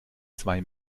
zwei